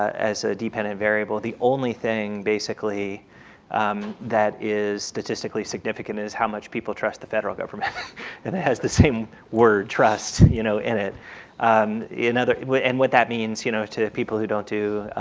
as a dependent variable the only thing basically that is statistically significant is how much people trust the federal government and it has the same word trust you know in it in other and what that means you know to people who don't do